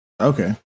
Okay